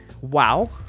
Wow